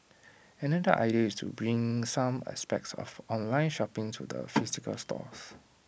another idea is to bring some aspects of online shopping to the physical stores